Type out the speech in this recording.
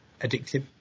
addictive